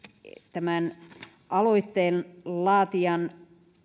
tämän aloitteen laatijan